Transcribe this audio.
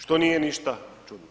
Što nije ništa čudno.